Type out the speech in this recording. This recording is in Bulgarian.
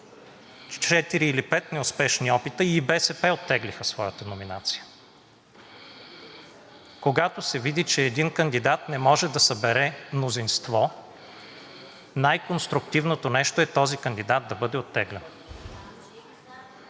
или пет неуспешни опита и БСП оттеглиха своята номинация. Когато се види, че един кандидат не може да събере мнозинство, най-конструктивното нещо е този кандидат да бъде оттеглен.